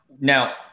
now